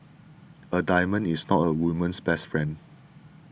a diamond is not a woman's best friend